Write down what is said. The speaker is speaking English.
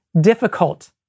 difficult